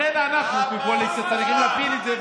לכן אנחנו כקואליציה צריכים להפיל את זה,